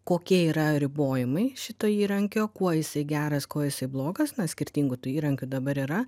kokie yra ribojimai šito įrankio kuo jisai geras kuo jisai blogas na skirtingų tų įrankių dabar yra